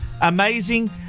Amazing